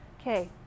Okay